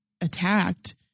attacked